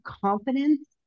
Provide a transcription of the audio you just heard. confidence